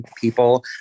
people